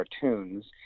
cartoons